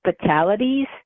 fatalities